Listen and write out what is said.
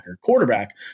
quarterback